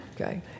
Okay